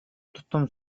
тутам